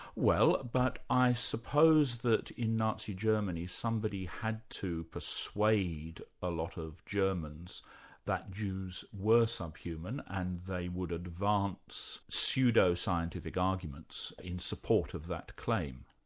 well, but i suppose that in nazi germany somebody had to persuade a lot of germans that jews were sub-human, and they would advance pseudo-scientific arguments in support of that claim.